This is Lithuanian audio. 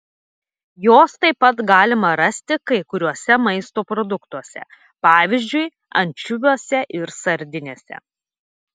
jos taip pat galima rasti kai kuriuose maisto produktuose pavyzdžiui ančiuviuose ir sardinėse